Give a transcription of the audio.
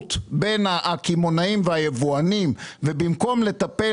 בתחרות בין הקמעונאים והיבואנים ובמקום לטפל